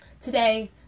today